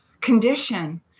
condition